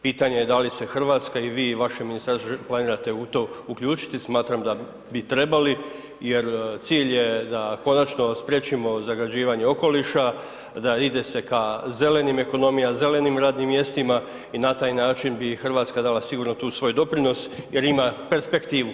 Pitanje da li se Hrvatska i vi i vaše ministarstvo planirate u to uključiti, smatram da bi trebali jer cilj je da konačno spriječimo zagađivanje okoliša, da ide se ka zelenim ekonomijama, zelenim radnim mjestima i na taj način bi Hrvatska dala sigurno svoj doprinos jer ima perspektivu.